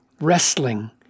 wrestling